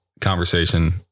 conversation